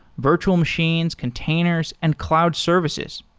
virtual machines, containers and cloud services.